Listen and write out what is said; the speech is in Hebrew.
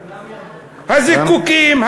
הזיקוקים,